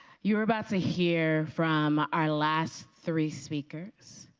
you are about to hear from our last three speakers.